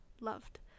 loved